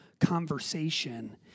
conversation